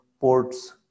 ports